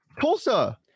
Tulsa